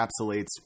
encapsulates